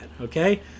okay